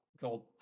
Gold